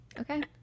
Okay